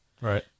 Right